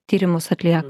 tyrimus atliek